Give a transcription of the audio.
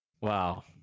Wow